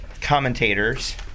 commentators